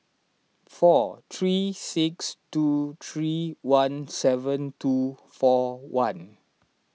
four three six two three one seven two four one